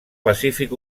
pacífic